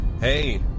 hey